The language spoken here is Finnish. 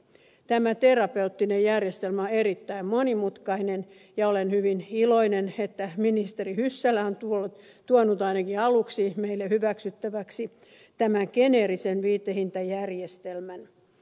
tämä terapeuttinen järjestelmä on erittäin monimutkainen ja olen hyvin iloinen että ministeri hyssälä on tuonut ainakin aluksi meille hyväksyttäväksi tämän geneerisen viitehintajärjestelmän